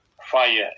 fire